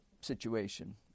situation